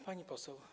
Pani Poseł!